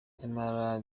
nyamara